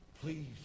please